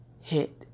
hit